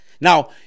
Now